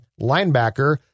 linebacker